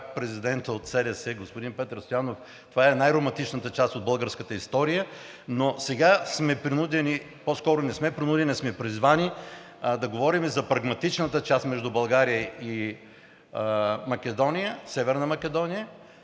президентът от СДС, господин Петър Стоянов: „Това е най-романтичната част от българската история“, но сега сме принудени – по-скоро не сме принудени, а сме призвани да говорим за прагматичната част между България и Северна Македония.